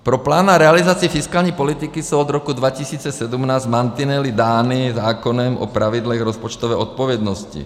Pro plán a realizaci fiskální politiky jsou od roku 2017 mantinely dány zákonem o pravidlech rozpočtové odpovědnosti.